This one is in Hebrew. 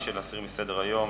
מי שנגד, להסיר מסדר-היום.